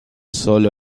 solo